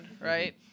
right